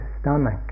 stomach